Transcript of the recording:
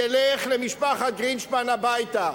תלך למשפחת גרינשפן הביתה,